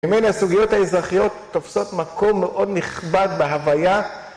ממני הסוגיות האזרחיות תופסות מקום מאוד נכבד בהוויה